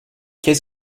qu’est